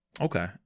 Okay